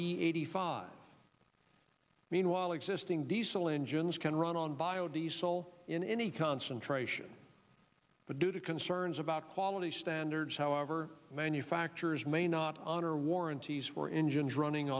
or eighty five meanwhile existing diesel engines can run on bio diesel in any concentration but due to concerns about quality standards however manufacturers may not honor warranties for engines running